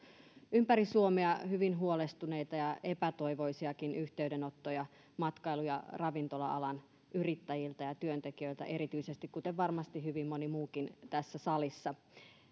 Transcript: ympäri suomea hyvin huolestuneita ja epätoivoisiakin yhteydenottoja matkailu ja ravintola alan yrittäjiltä ja työntekijöiltä erityisesti kuten varmasti hyvin moni muukin tässä salissa